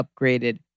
upgraded